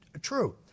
true